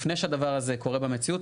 לפני שהדבר הזה קורה במציאות,